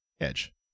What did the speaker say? Edge